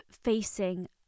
facing